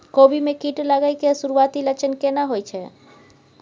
कोबी में कीट लागय के सुरूआती लक्षण केना होय छै